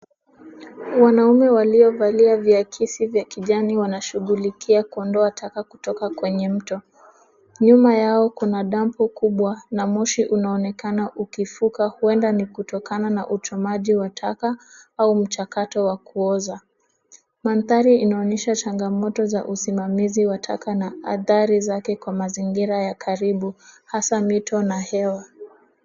Wanaume waliovalia viakisi vya kijani wanashughulikia kuondoa taka kutoka kwenye mto. Nyuma yao kuna dampu kubwa na moshi unaonekana ukifuka huenda ni kutokana na uchomaji wa taka au mchakato wa kuoza. Mandhari inaonesha changamoto za usimamizi wa taka na adhari zake kwa mazingira ya karibu hasa mito na hewa.